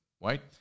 right